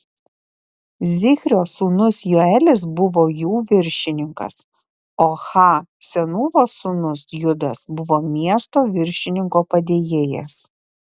zichrio sūnus joelis buvo jų viršininkas o ha senūvos sūnus judas buvo miesto viršininko padėjėjas